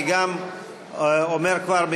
אני גם אומר כבר,